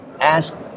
ask